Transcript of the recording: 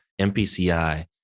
mpci